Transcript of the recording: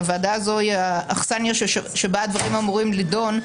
הוועדה הזו היא אכסניה שבה הדברים אמורים להידון.